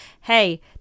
hey